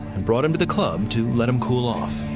and brought him to the club to let him cool off.